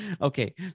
Okay